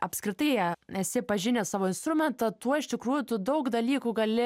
apskritai esi pažinęs savo instrumentą tuo iš tikrųjų tu daug dalykų gali